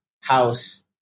house